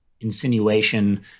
insinuation